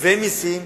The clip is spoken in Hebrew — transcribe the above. ותגבה מסים,